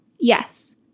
Yes